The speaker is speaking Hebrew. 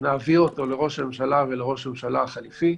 נעביר אותו לראש הממשלה ולראש הממשלה החליפי.